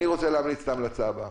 אני רוצה להמליץ את ההמלצה הבאה,